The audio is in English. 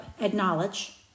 acknowledge